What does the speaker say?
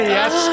Yes